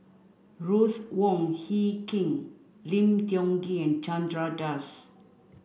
Ruth Wong Hie King Lim Tiong Ghee Chandra Das